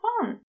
fun